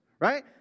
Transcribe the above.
right